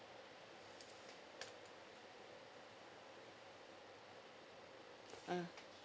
mm